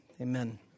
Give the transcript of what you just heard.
Amen